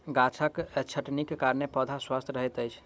गाछक छटनीक कारणेँ पौधा स्वस्थ रहैत अछि